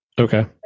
Okay